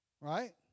right